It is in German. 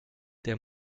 der